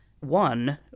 One